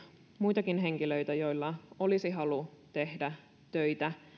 muitakin henkilöitä joilla olisi halu tehdä töitä